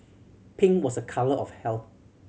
pink was a colour of health